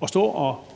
og stå og